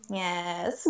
yes